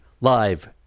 live